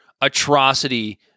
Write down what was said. atrocity